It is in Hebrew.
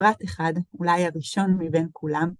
בפרט אחד, אולי הראשון מבין כולם,